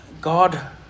God